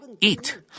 eat